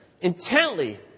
intently